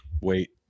Wait